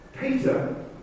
Peter